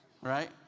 Right